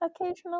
occasionally